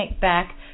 back